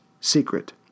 secret